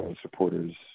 supporters